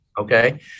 Okay